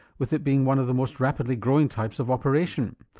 with it being one of the most rapidly growing types of operation.